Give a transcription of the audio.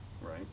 Right